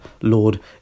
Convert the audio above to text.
lord